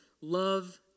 love